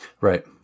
Right